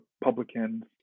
Republicans